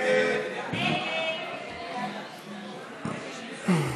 ההצעה